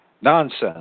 Nonsense